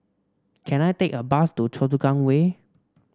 can I take a bus to Choa Chu Kang Way